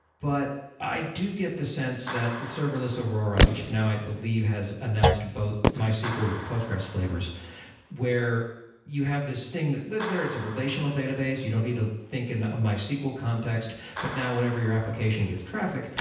but i do get the sense that serverless aurora, which now i believe has announced both mysql and postgres flavors where you have this thing that lives there. it's a relational database. you don't need to think in a mysql context. but now whenever your application gets traffic,